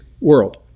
world